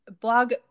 blog